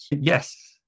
Yes